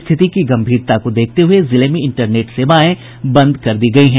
स्थिति की गंभीरता को देखते हुए जिले में इंटरनेट सेवाएं बंद कर दी गयी हैं